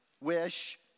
wish